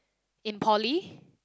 in poly